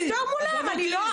דווקא בשלטון גלעד ארדן ויורם הלוי,